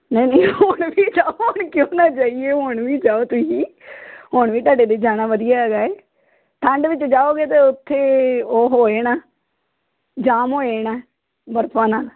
ਨਹੀਂ ਨਹੀਂ ਹੁਣ ਵੀ ਜਾਓ ਹੁਣ ਕਿਉਂ ਨਾ ਜਾਈਏ ਹੁਣ ਵੀ ਜਾਓ ਤੁਸੀਂ ਹੁਣ ਵੀ ਤੁਹਾਡੇ ਲਈ ਜਾਣਾ ਵਧੀਆ ਹੈਗਾ ਹੈ ਠੰਡ ਵਿੱਚ ਜਾਓਗੇ ਅਤੇ ਉੱਥੇ ਉਹ ਹੋ ਜਾਣਾ ਜਾਮ ਹੋ ਜਾਣਾ ਬਰਫ਼ਾਂ ਨਾਲ